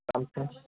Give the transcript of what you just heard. Thums up